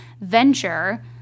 venture